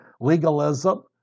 legalism